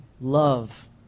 love